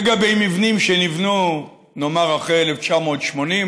לגבי מבנים שנבנו, נאמר, אחרי 1980,